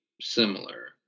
similar